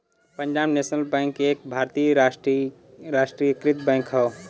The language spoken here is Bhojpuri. पंजाब नेशनल बैंक एक भारतीय राष्ट्रीयकृत बैंक हौ